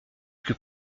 plus